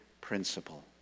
principle